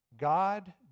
God